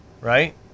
right